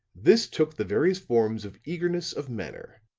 this took the various forms of eagerness of manner,